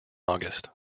august